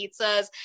pizzas